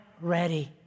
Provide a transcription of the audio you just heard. ready